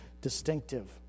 distinctive